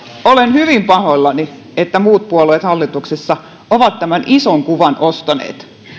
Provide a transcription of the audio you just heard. olen hyvin pahoillani että muut puolueet hallituksessa ovat tämän ison kuvan ostaneet